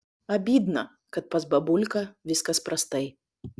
abydna kad pas babulką viskas prastai